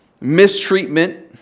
mistreatment